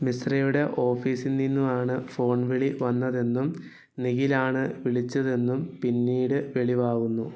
മിശ്രയുടെ ഓഫീസിൽനിന്നു ആണ് ഫോൺവിളി വന്നതെന്നും നിഖിലാണ് വിളിച്ചതെന്നും പിന്നീട് വെളിവാകുന്നു